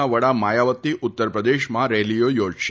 ના વડા માયાવતી ઉત્તરપ્રદેશમાં રેલીઓ યોજશે